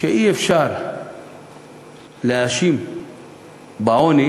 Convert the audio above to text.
שאי-אפשר להאשים בעוני